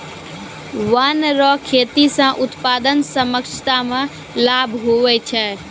वन रो खेती से उत्पादन क्षमता मे लाभ हुवै छै